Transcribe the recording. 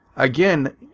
Again